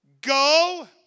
Go